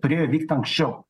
turėjo vykt anksčiau